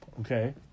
Okay